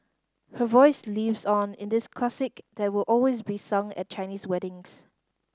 her voice lives on in this classic that will always be sung at Chinese weddings